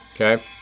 Okay